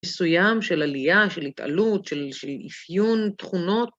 מסוים של עלייה, של התעלות, של אפיון תכונות.